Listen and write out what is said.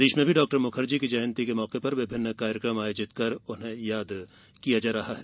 प्रदेश में भी डाक्टर मुखर्जी की जयंती के मौके पर कार्यक्रम आयोजित कर उन्हें याद किया जा रहा है